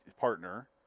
partner